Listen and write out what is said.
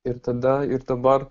ir tada ir dabar